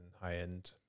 high-end